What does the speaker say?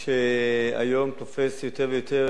שהיום תופס יותר ויותר